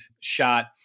shot